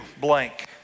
blank